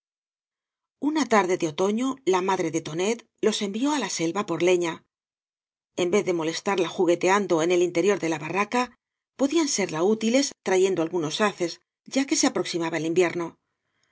una tarde de otoño la madre de tonet los envió á la selva por leña en vez de molestarla ju gueteando en el interior de la barraca podían ser la útiles trayendo algunos haces ya que se aproxi maba el invierno